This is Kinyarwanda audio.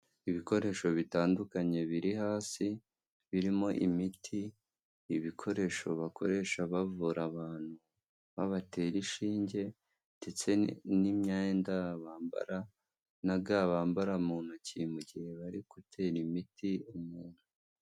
Ibikoresho bitandukanye biri hasi birimo imiti, ibikoresho bakoresha bavura abantu babatera inshinge, ndetse n'imyenda bambara, naga bambara mu ntoki mu gihe bari gutera imiti umuntu.